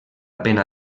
pena